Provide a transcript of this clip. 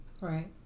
Right